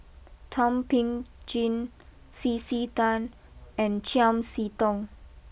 Thum Ping Tjin C C Tan and Chiam see Tong